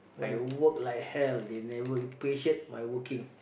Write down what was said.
I work like hell they never appreciate my working